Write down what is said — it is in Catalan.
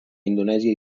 indonèsia